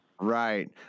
Right